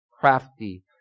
crafty